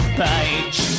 page